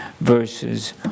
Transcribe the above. verses